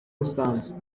rusange